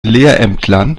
lehrämtlern